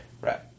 Right